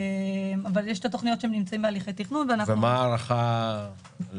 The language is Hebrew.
אבל שתי תוכניות שנמצאות בהליכי תכנון ואנחנו --- ומה ההערכה להכנסה?